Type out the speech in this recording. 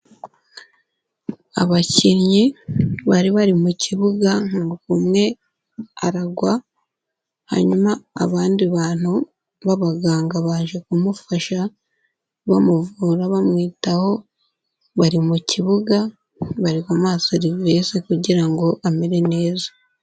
Abakinnyi bari bari mukibuga nuko umwe aragwa, hanyuma abandi bantu b'abaganga baje kumufasha, bamuvura bamwitaho, bari mukibuga, bari kumuha serivise kugira ngo amere neza.